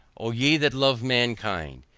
o ye that love mankind!